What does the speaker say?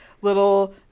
little